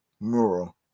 mural